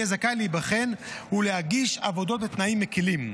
יהיה זכאי להיבחן ולהגיש עבודות בתנאים מקילים,